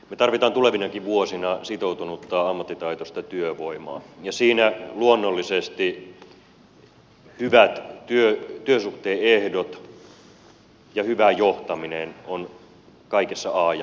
me tarvitsemme tulevinakin vuosina sitoutunutta ammattitaitoista työvoimaa ja siinä luonnollisesti hyvät työsuhteen ehdot ja hyvä johtaminen ovat kaikessa a ja o